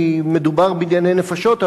כי מדובר בענייני נפשות,